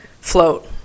Float